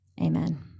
amen